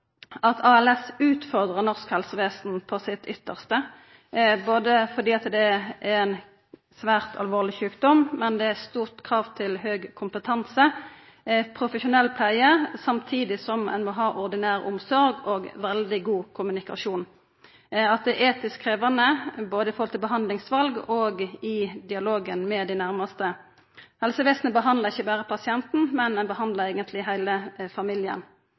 at ALS utfordrar norsk helsevesen på sitt ytste, fordi det er ein svært alvorleg sjukdom med krav til høg kompetanse og profesjonell pleie, samtidig som ein må ha ordinær omsorg og veldig god kommunikasjon, og fordi det er etisk krevjande både når det gjeld til behandlingsval og i dialogen med dei nærmaste. Helsevesenet behandlar ikkje berre pasienten, men behandlar eigentleg heile familien.